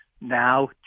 now